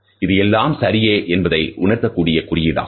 இது எல்லாம் சரியே என்பதை உணர்த்தக் கூடிய குறியீடாகும்